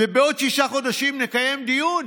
ובעוד שישה חודשים נקיים דיון.